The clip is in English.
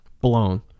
blown